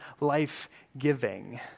life-giving